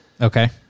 Okay